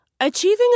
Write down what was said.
Achieving